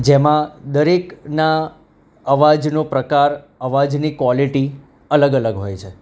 જેમાં દરેકના અવાજનો પ્રકાર અવાજની ક્વોલેટી અલગ અલગ હોય છે